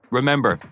Remember